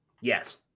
Yes